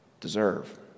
deserve